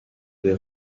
the